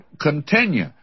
continue